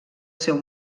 seu